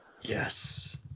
Yes